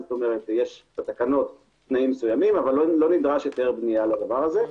כלומר יש בתקנות תנאים מסוימים אבל לא נדרש היתר בנייה לדבר הזה,